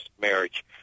marriage